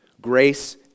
Grace